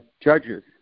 judges